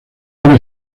obra